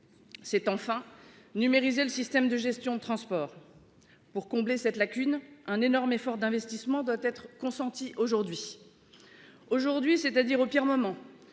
C'est enfin numériser le système de gestion de transport. Pour combler cette lacune, un énorme effort d'investissement doit être consenti aujourd'hui. Aujourd'hui correspond au pire moment,